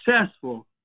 successful